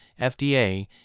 FDA